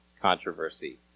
controversy